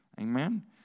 Amen